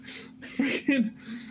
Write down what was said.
freaking